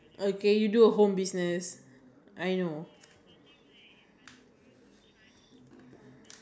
to like to have a store even though is a small one is really expensive